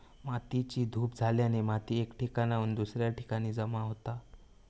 मातेची धूप झाल्याने माती एका ठिकाणासून दुसऱ्या ठिकाणी जमा होता